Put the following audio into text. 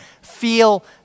feel